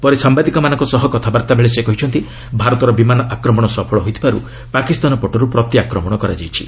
ପରେ ସାମ୍ବାଦିକମାନଙ୍କ ସହ କଥାବାର୍ତ୍ତାବେଳେ ସେ କହିଛନ୍ତି ଭାରତର ବିମାନ ଆକ୍ରମଣ ସଫଳ ହୋଇଥିବାର୍ ପାକିସ୍ତାନ ପଟର୍ ପ୍ରତି ଆକ୍ରମଣ କରାଯାଉଛି